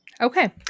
Okay